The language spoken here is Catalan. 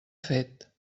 fet